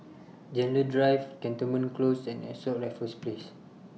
Gentle Drive Cantonment Close and Ascott Raffles Place